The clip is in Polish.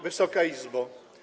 Wysoka Izbo!